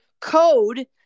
code